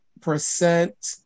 percent